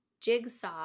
jigsaw